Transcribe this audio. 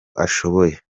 ashoboye